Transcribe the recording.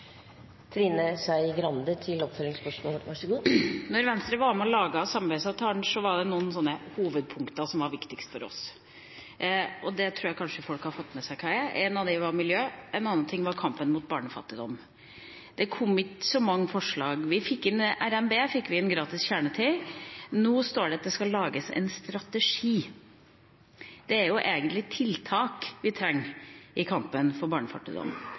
Venstre var med og lagde samarbeidsavtalen, var det noen hovedpunkter som var viktigst for oss. Det tror jeg kanskje folk har fått med seg hva er. Ett av dem var miljø, en annen ting var kampen mot barnefattigdom. Det kom ikke så mange forslag. I RNB fikk vi inn gratis kjernetid. Nå står det at det skal lages en strategi. Det er jo egentlig tiltak vi trenger i kampen mot barnefattigdom.